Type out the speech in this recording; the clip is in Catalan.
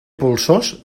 polsós